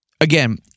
again